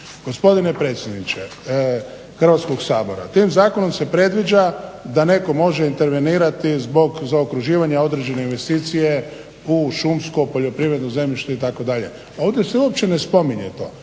gospodine predsjedniče Hrvatskog sabora tim zakonom se predviđa da netko može intervenirati zbog zaokruživanja određene investicije u šumsko poljoprivredno zemljište itd. Ovdje se uopće ne spominje to.